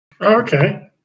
Okay